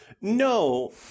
No